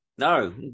No